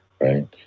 Right